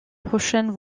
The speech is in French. prochaines